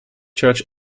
church